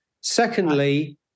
Secondly